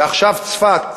ועכשיו צפת,